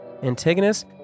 Antigonus